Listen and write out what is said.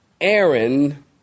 Aaron